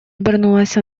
обернулась